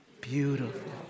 Beautiful